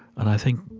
and i think,